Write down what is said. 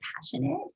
passionate